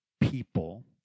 people